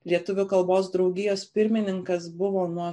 lietuvių kalbos draugijos pirmininkas buvo nuo